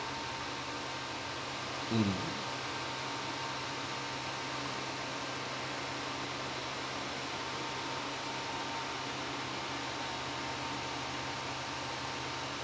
um